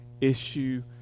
issue